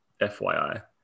FYI